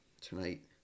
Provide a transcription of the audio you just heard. tonight